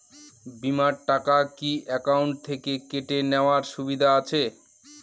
বিমার টাকা কি অ্যাকাউন্ট থেকে কেটে নেওয়ার সুবিধা আছে?